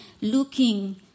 looking